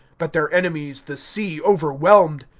but their enemies the sea overwhelmed.